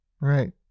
right